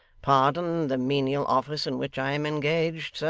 pardon the menial office in which i am engaged, sir,